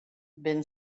been